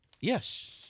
Yes